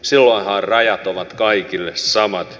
silloinhan rajat ovat kaikille samat